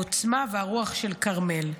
העוצמה והרוח של כרמל.